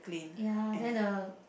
ya then a